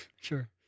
sure